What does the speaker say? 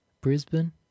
Brisbane